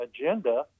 agenda